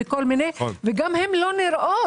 וגם הן לא נראות.